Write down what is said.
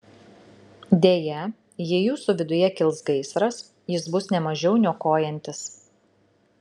deja jei jūsų viduje kils gaisras jis bus ne mažiau niokojantis